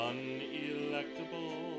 Unelectable